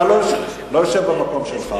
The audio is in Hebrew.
אתה לא יושב במקום שלך